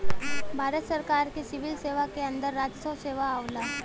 भारत सरकार के सिविल सेवा के अंदर राजस्व सेवा आवला